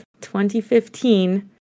2015